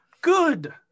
Good